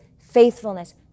faithfulness